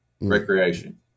Recreation